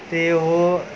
ਅਤੇ ਉਹ